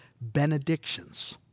benedictions